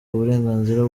uburenganzira